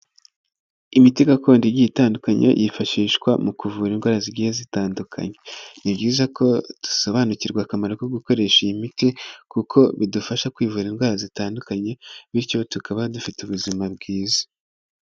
Imiti gakondo igiye itandukanye yifashishwa mu kuvura indwara zigiye zitandukanye, ni byiza ko dusobanukirwa akamaro ko gukoresha iyi miti, kuko bidufasha kwivura indwara zitandukanye, bityo tukaba dufite ubuzima bwiza.